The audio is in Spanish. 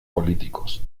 políticos